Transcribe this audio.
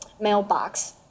mailbox